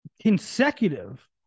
Consecutive